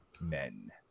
Men